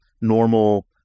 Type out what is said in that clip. normal